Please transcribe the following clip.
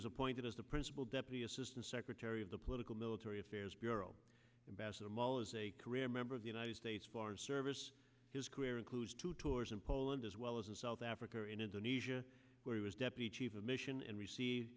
is appointed as the principal deputy assistant secretary of the political military affairs bureau bassam all as a career member of the united states foreign service his career includes two tours in poland as well as in south africa in indonesia where he was deputy chief of mission and receive